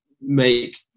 make